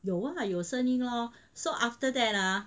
有啊有声音 lor so after that ah